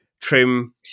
trim